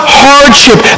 hardship